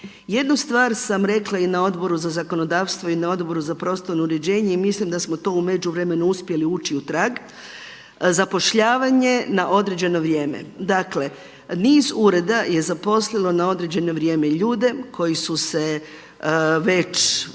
Jednu stvar sam rekla i na Odboru za zakonodavstvo i na Odboru za prostorno uređenje i mislim da smo to u međuvremenu uspjeli ući u trag. Zapošljavanje na određeno vrijeme. Dakle, niz ureda je zaposlilo na određeno vrijeme ljude koji su se već